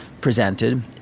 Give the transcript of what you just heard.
presented